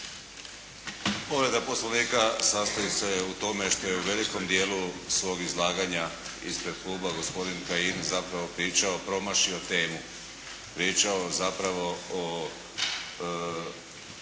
Povreda Poslovnika sastoji se u tome što je u velikom dijelu svog izlaganja ispred Kluba gospodin Kajin zapravo pričao, promašio temu. Pričao zapravo o